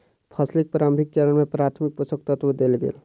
फसीलक प्रारंभिक चरण में प्राथमिक पोषक तत्व देल गेल